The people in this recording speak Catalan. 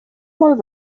molt